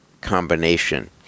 combination